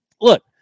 look